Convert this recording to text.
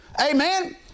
Amen